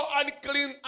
unclean